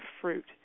fruit